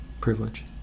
privilege